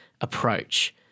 approach